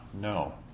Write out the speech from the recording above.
no